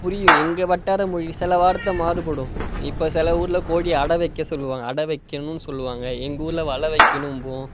புரியும் எங்கள் வட்டார மொழி சில வார்த்தை மாறுபடும் இப்போ சில ஊரில் கோழி அடை வைக்க சொல்லுவாங்க அடை வைக்கணுன்னு சொல்லுவாங்க எங்கள் ஊரில் வலை வைக்கணும்போம்